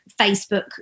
Facebook